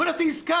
בואו נעשה עסקה.